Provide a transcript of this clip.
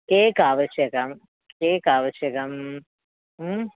cake आवश्यकं cake आवश्यकम् म्